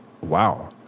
wow